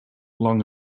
long